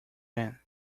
man